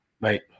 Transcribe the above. Right